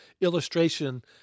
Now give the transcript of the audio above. illustration